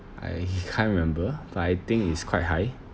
I can't remember but I think it's quite high